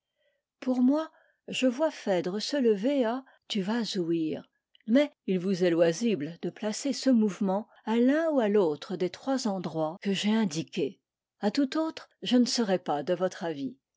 pour moi je vois phèdre se lever à tu vas ouïr mais il vous est loisible de placer ce mouvement à l'un ou à l'autre des trois endroits que j'ai indiqués à tout autre je ne serais pas de votre avis